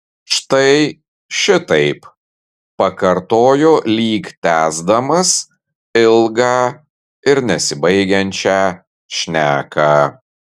štai šitaip pakartojo lyg tęsdamas ilgą ir nesibaigiančią šneką